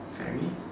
very